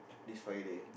this Friday